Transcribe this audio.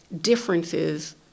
differences